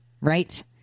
right